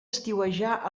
estiuejar